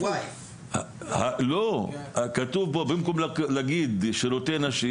פה במקום להגיד 'שירותי נשים'